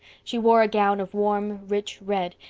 she wore a gown of warm, rich red,